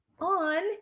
on